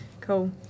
cool